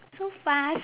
so fast